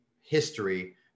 history